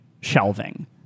shelving